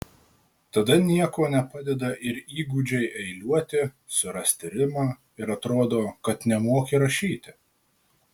tada nieko nepadeda ir įgūdžiai eiliuoti surasti rimą ir atrodo kad nemoki rašyti